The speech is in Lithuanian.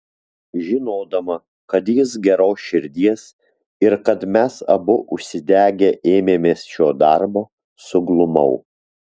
žinodama kad jis geros širdies ir kad mes abu užsidegę ėmėmės šio darbo suglumau